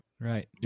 Right